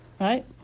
right